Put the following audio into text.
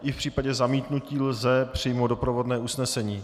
I v případě zamítnutí lze přijmout doprovodné usnesení.